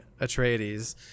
Atreides